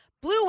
Blue